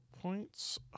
points